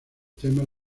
temas